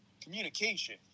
Communication